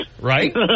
Right